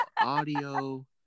audio